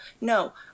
no